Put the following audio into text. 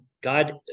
God